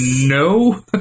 no